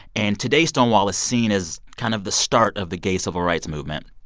and today stonewall is seen as kind of the start of the gay civil rights movement.